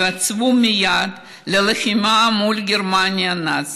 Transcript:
התייצבו מייד ללחימה מול גרמניה הנאצית,